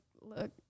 look